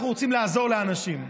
אנחנו רוצים לעזור לאנשים.